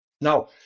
Now